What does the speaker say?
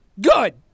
Good